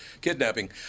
Kidnapping